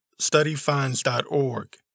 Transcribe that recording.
Studyfinds.org